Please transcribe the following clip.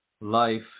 life